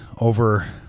over